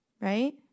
right